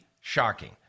shocking